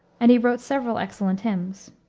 and he wrote several excellent hymns.